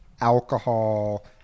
alcohol